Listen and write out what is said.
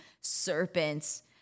serpents